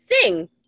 sing